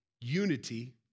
Unity